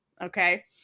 Okay